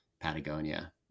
Patagonia